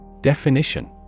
Definition